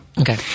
Okay